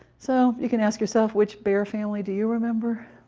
so you can ask yourself which bear family do you remember?